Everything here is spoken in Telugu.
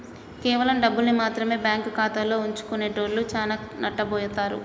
కేవలం డబ్బుల్ని మాత్రమె బ్యేంకు ఖాతాలో దాచుకునేటోల్లు చానా నట్టబోతారు